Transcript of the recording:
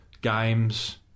games